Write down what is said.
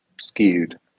skewed